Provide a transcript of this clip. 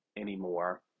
anymore